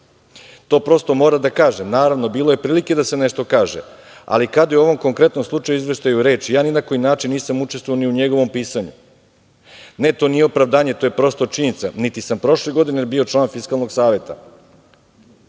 To prosto moram da kažem. Naravno, bilo je prilike da se nešto kaže, ali kada je o ovom konkretnom slučaju o izveštaju reč, ja ni na koji način nisam učestvovao ni u njegovom pisanju. Ne, to nije opravdanje, to je prosto činjenica. Niti sam prošle godine bio član Fiskalnog saveta,